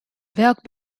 welk